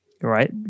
right